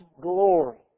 glory